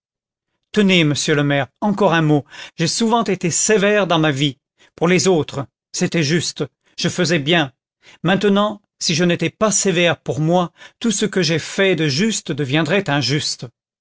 tenez monsieur le maire encore un mot j'ai souvent été sévère dans ma vie pour les autres c'était juste je faisais bien maintenant si je n'étais pas sévère pour moi tout ce que j'ai fait de juste deviendrait injuste